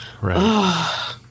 Right